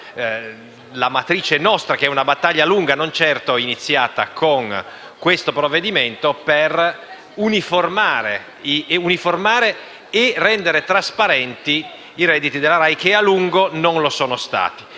matrice, frutto di una battaglia lunga, non certo iniziata con il provvedimento in esame, per uniformare e rendere trasparenti i redditi della RAI, che a lungo non lo sono stati.